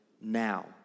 now